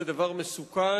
זה דבר מסוכן.